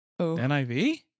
NIV